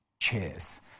cheers